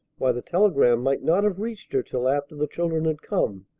why, the telegram might not have reached her till after the children had come,